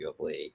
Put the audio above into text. arguably